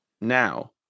now